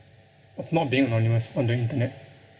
of not being anonymous on the internet